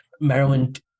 Maryland